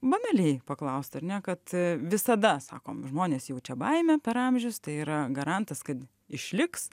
banaliai paklaust ar ne kad visada sakom žmonės jaučia baimę per amžius tai yra garantas kad išliks